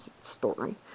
story